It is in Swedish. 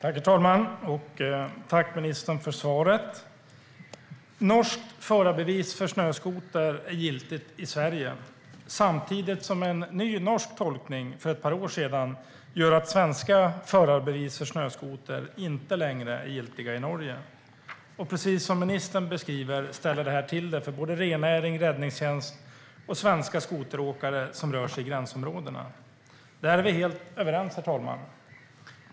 Herr talman! Tack, ministern, för svaret! Norskt förarbevis för snöskoter är giltigt i Sverige samtidigt som en ny norsk tolkning, för ett par år sedan, gör att svenska förarbevis för snöskoter inte längre är giltiga i Norge. Precis som ministern beskriver ställer det här till det för rennäring, räddningstjänst och svenska skoteråkare som rör sig i gränsområdena. Där är vi helt överens, herr talman.